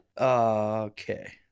Okay